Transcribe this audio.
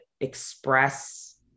express